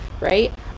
right